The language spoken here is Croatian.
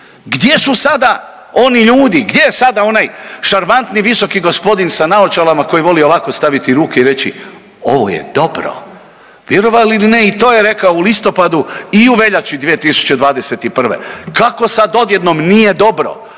Gdje su sada oni ljudi, gdje je sada onaj šarmantni visoki gospodin sa naočalama koji voli ovako staviti ruke i reći ovo je dobro. Vjerovali ili ne i to je rekao u listopadu i u veljači 2021. Kako sad odjednom nije dobro?